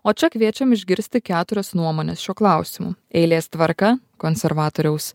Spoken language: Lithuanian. o čia kviečiam išgirsti keturias nuomones šiuo klausimu eilės tvarka konservatoriaus